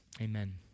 Amen